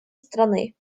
страны